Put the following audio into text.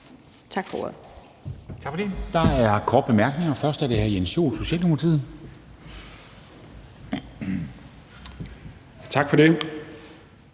Tak for det.